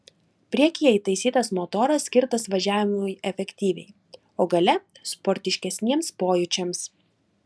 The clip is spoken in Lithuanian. priekyje įtaisytas motoras skirtas važiavimui efektyviai o gale sportiškesniems pojūčiams